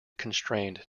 constrained